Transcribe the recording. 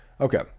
Okay